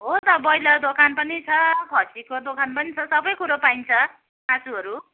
हो त ब्रोइलर दोकान पनि छ खसीको दोकान पनि छ सबै कुरो पाइन्छ मासुहरू